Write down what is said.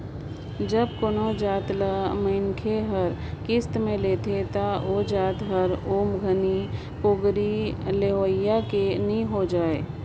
जब कोनो जाएत ल मइनसे हर किस्त में लेथे ता ओ जाएत हर ओ घनी पोगरी लेहोइया कर नी होए जाए